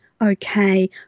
okay